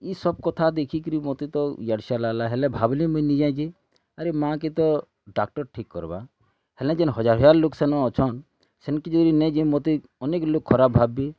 ଇ ସବ୍ କଥା ଦେଖିକିରି ମତେ ତ ଲାଗ୍ଲା ହେଲେ ଭାବଲିଁ ମୁଇଁ ନିଜେ ଯେ ଆରେ ମାଆକେ ତ ଡ଼ାକ୍ତର୍ ଠିକ୍ କର୍ବା ହେଲେ ଯେନ୍ ହଜାର୍ ହଜାର୍ ଲୋକ୍ ସେନ ଅଛନ୍ ସେନକି ଯଦି ନେଇଁଯାଇଁ ମୋତେ ଅନେକ୍ ଲୋକ୍ ଖରାପ୍ ଭାବ୍ବେ